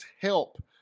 help